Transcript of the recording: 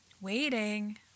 waiting